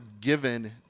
given